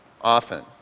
often